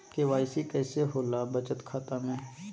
KYC कैसे होला बचत खाता में?